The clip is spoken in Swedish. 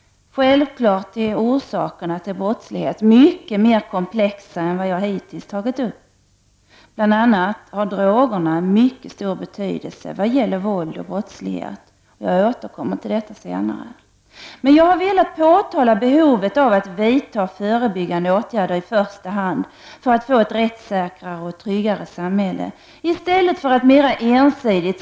Självklart är orsakerna till brottslighet mycket mer komplexa än vad jag hittills har antytt. Bl.a. har drogerna en mycket stor betydelse när det gäller våld och brottslighet. Jag återkommer till detta senare. Men jag har velat påpeka behovet av att vidta förebyggande åtgärder i första hand för att få ett rättssäkrare och tryggare samhälle, i stället för att mera ensidigt.